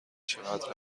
چقدر